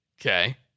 Okay